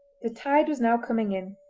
the tide was now coming in.